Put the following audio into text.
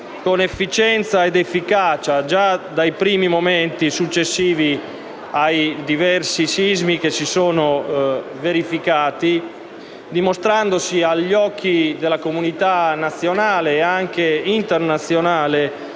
con efficienza ed efficacia già dai primi momenti successivi ai diversi sismi che si sono verificati, dimostrando di essere, agli occhi della comunità nazionale ma anche internazionale,